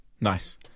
Nice